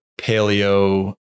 paleo